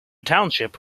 township